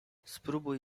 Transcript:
spróbuj